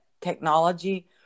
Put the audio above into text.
technology